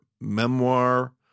memoir